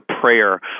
prayer